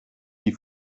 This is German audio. die